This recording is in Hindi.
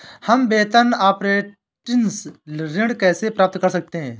हम वेतन अपरेंटिस ऋण कैसे प्राप्त कर सकते हैं?